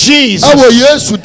Jesus